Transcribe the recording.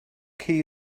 key